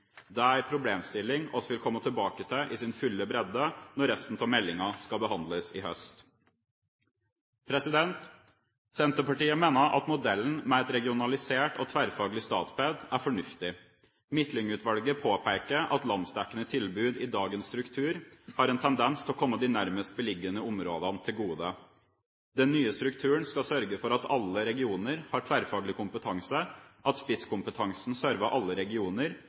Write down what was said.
er en problemstilling vi vil komme tilbake til i sin fulle bredde når resten av meldinga skal behandles i høst. Senterpartiet mener at modellen med et regionalisert og tverrfaglig Statped er fornuftig. Midtlyng-utvalget påpeker at landsdekkende tilbud i dagens struktur har en tendens til å komme de nærmest beliggende områdene til gode. Den nye strukturen skal sørge for at alle regioner har tverrfaglig kompetanse, at spisskompetansen server alle regioner,